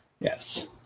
Yes